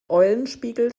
eulenspiegel